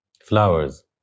flowers